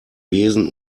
besen